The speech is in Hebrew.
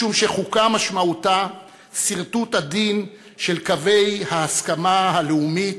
חוקה משמעותה סרטוט עדין של קווי ההסכמה הלאומית,